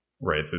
right